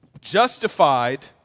Justified